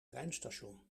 treinstation